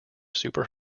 super